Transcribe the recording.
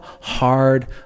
hard